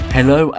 Hello